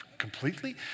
completely